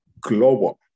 global